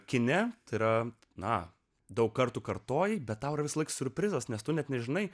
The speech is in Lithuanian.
kine yra na daug kartų kartoji bet tau visąlaik siurprizas nes tu net nežinai